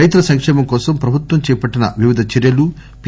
రైతుల సంకేమం కోసం ప్రభుత్వం చేపట్టిన వివిధ చర్యలు పి